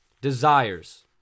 desires